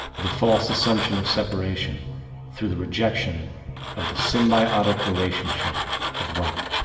the false assumption of separation through the rejection of the symbiotic relationship of life.